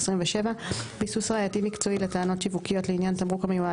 27. ביסוס ראייתי מקצועי לטענות שיווקיות לעניין תמרוק המיועד